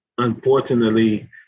Unfortunately